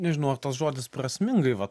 nežinau ar tas žodis prasmingai va